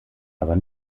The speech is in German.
aber